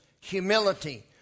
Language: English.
humility